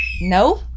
no